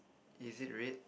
is it red